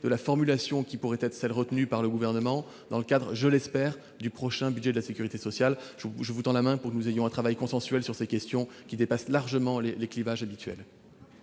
de la formulation qui pourrait être retenue par le Gouvernement dans le cadre, je l'espère, du prochain budget de la sécurité sociale. Je vous tends la main pour que nous puissions mener un travail consensuel sur ces questions, qui dépassent largement les clivages habituels.